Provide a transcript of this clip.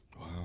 Wow